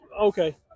Okay